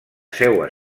seua